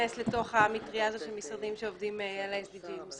להיכנס לתוך המטריה של המשרדים שעובדים על ה-SDGs.